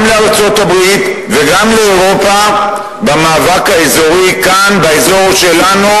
לארצות-הברית וגם לאירופה במאבק האזורי כאן באזור שלנו,